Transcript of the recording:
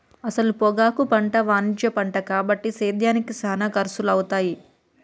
అసల పొగాకు పంట వాణిజ్య పంట కాబట్టి సేద్యానికి సానా ఖర్సులవుతాయి